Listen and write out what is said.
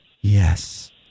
Yes